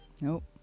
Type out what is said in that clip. Nope